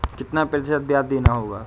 कितना प्रतिशत ब्याज देना होगा?